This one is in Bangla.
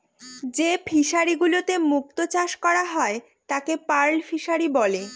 যে ফিশারিগুলোতে মুক্ত চাষ করা হয় তাকে পার্ল ফিসারী বলে